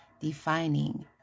defining